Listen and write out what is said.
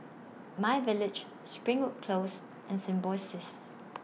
MyVillage Springwood Close and Symbiosis